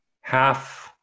half